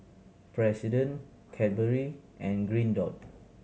President Cadbury and Green Dot